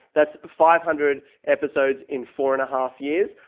that's five hundred episodes in four. and a half years,